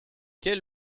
quel